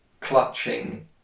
clutching